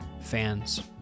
fans